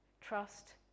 Trust